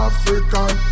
African